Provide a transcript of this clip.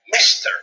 Mr